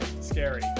scary